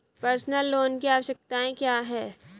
Personal loan की आवश्यकताएं क्या हैं?